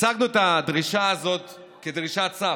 הצגנו את הדרישה הזאת כדרישת סף,